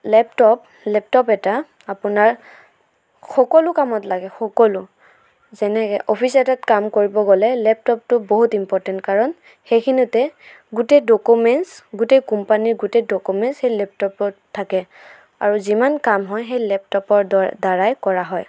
laptop laptop এটা আপোনাৰ সকলো কামত লাগে সকলো যেনেকৈ অফিচ এটাত কাম কৰিব গ'লে লেপটপটো বহুত ইম্প'ৰ্টেণ্ট কাৰণ সেইখিনিতে গোটেই ডকুমেণ্টছ গোটেই কোম্পানীৰ গোটেই ডকুমেণ্টছ সেই লেপটেপত থাকে আৰু যিমান কাম হয় সেই লেপটেপৰ দ্বাৰাই কৰা হয়